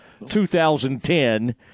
2010